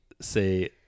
say